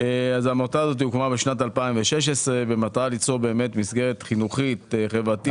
העמותה הזאת הוקמה בשנת 2016 במטרה ליצור מסגרת חינוכית חברתית.